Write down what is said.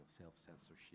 self-censorship